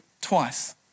twice